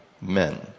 men